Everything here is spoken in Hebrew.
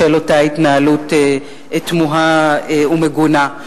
בשל אותה התנהלות תמוהה ומגונה.